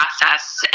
process